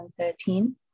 2013